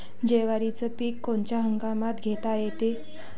जवारीचं पीक कोनच्या हंगामात घेता येते?